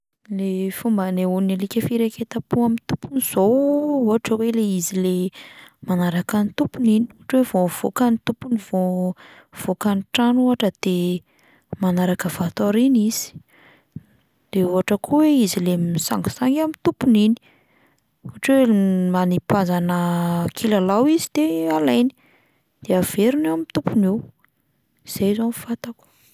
Ny fomba hanehoan'ny alika firaiketam-po amin'ny tompony izao ohatra hoe le izy le manaraka ny tompony iny ohatra hoe vao mivoaka ny tompony, vao mivoaka ny trano ohatra de manaraka avy ato aoriana izy, de ohatra koa hoe izy le misangisangy amin'ny tompony iny, ohatra hoe anipazana kilalao izy de alainy, de averiny eo amin'ny tompony eo, zay izao no fantako.